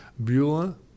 Bueller